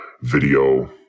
video